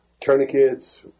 tourniquets